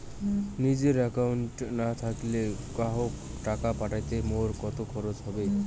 নিজের একাউন্ট না থাকিলে কাহকো টাকা পাঠাইতে মোর কতো খরচা হবে?